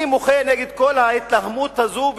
אני מוחה נגד כל ההתלהמות הזאת,